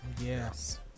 Yes